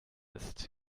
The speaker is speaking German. ist